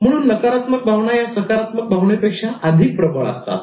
म्हणून नकारात्मक भावना ह्या सकारात्मक भावनेपेक्षा अधिक प्रबळ असतात